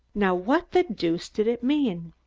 now what the deuce did it mean?